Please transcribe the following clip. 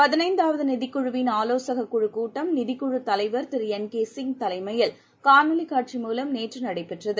பதினைந்தாவது நிதிக் குழுவின் ஆலோசக குழுக் கூட்டம் நிதிக் குழுத் தலைவர் திரு என் கே சிங் தலைமையில் காணொளி காட்சி மூலம் நேற்று நடைபெற்றது